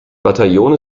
bataillon